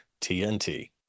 TNT